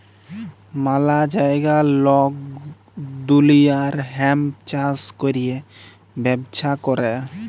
ম্যালা জাগায় লক দুলিয়ার হেম্প চাষ ক্যরে ব্যবচ্ছা ক্যরে